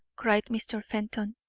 cried mr. fenton,